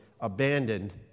abandoned